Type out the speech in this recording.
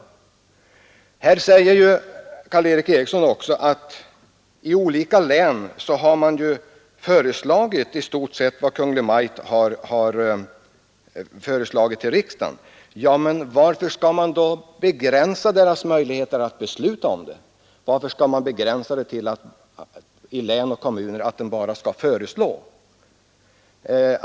Vidare säger Karl Erik Eriksson att i olika län har man ju föreslagit i stort sett vad Kungl. Maj:t nu har föreslagit riksdagen. Ja, men varför skall man då begränsa de lokala möjligheterna att besluta? Varför skall man göra den begränsningen att län och kommuner bara skall föreslå och överlåta till regering och riksdag att besluta?